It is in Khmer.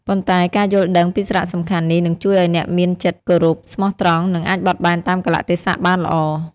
ប៉ុន្តែការយល់ដឹងពីសារៈសំខាន់នេះនឹងជួយឲ្យអ្នកមានចិត្តគោរព ស្មោះត្រង់ និងអាចបត់បែនតាមកាលៈទេសៈបានល្អ។